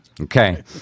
Okay